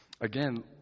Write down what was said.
Again